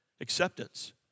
acceptance